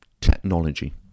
technology